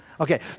Okay